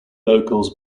locals